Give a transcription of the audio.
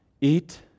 Eat